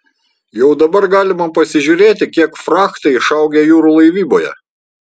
jau dabar galima pasižiūrėti kiek frachtai išaugę jūrų laivyboje